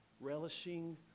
relishing